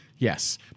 Yes